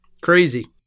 Crazy